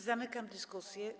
Zamykam dyskusję.